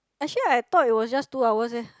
actually right I thought it was just two hours eh